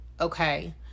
okay